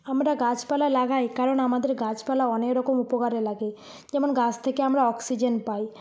আমরা গাছপালা লাগাই কারণ আমাদের গাছপালা অনেকরকম উপকারে লাগে যেমন গাছ থেকে আমরা অক্সিজেন পাই